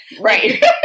Right